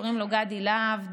קוראים לו גדי להב,